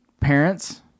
parents